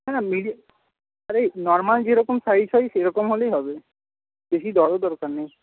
হ্যাঁ মিল আর ওই নর্মাল যে রকম সাইজ হয় সেরকম হলেই হবে বেশী বড়ো দরকার নেই